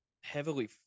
heavily